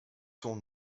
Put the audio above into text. son